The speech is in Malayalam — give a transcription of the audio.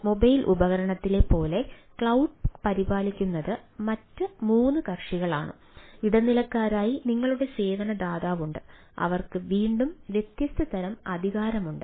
മൊബൈൽ പരിപാലിക്കുന്നത് മറ്റ് മൂന്നാം കക്ഷികളാണ് ഇടനിലക്കാരായി നിങ്ങളുടെ സേവന ദാതാവുണ്ട് അവർക്ക് വീണ്ടും വ്യത്യസ്ത തരം അധികാരമുണ്ട്